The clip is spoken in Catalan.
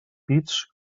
pits